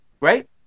right